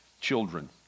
children